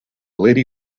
lady